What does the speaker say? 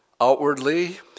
Outwardly